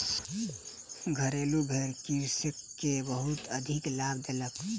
घरेलु भेड़ कृषक के बहुत अधिक लाभ देलक